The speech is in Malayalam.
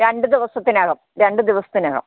രണ്ട് ദിവസത്തിനകം രണ്ട് ദിവസത്തിനകം